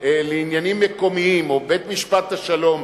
לעניינים מקומיים או בית-משפט השלום,